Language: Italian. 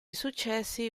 successi